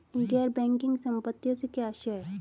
गैर बैंकिंग संपत्तियों से क्या आशय है?